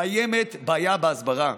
קיימת בעיה בהסברה,